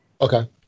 Okay